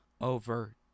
over